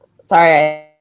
sorry